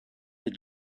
that